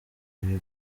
ibi